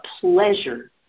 pleasure